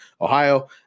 Ohio